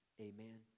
Amen